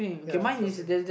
ya it's dropping